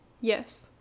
Yes